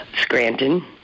Scranton